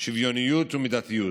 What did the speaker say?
שוויוניות ומידתיות.